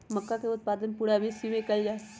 मक्का के उत्पादन पूरा विश्व में कइल जाहई